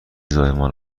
زایمان